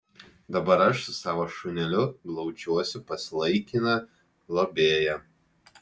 dabar aš su savo šuneliu glaudžiuosi pas laikiną globėją